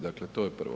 Dakle to je prvo.